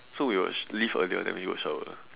so we would leave earlier then we go shower